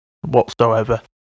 whatsoever